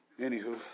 Anywho